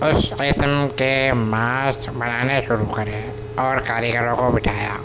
اس قسم کے ماسک بنانے شروع کرے ہیں اور کاریگروں کو بٹھایا